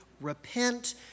repent